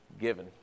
given